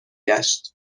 گشت